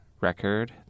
record